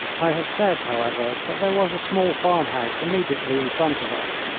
i have said, however, that there was a small farm-house immediately in front of us.